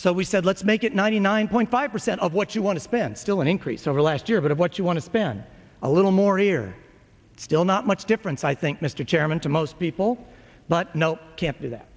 so we said let's make it ninety nine point five percent of what you want to spin and still an increase over last year but what you want to spend a little more here still not much difference i think mr chairman to most people but no can't do that